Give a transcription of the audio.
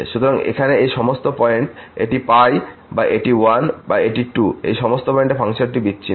সুতরাং এখানে এই সমস্ত পয়েন্ট এটি π বা এটি 1 বা 2 বা এই সমস্ত পয়েন্ট ফাংশনটি বিচ্ছিন্ন